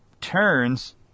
turns